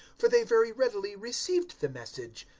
for they very readily received the message,